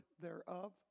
thereof